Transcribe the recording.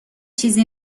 چیزی